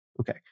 Okay